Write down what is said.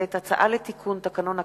הצעה לתיקון תקנון הכנסת,